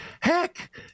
heck